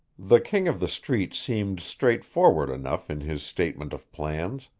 the king of the street seemed straightforward enough in his statement of plans,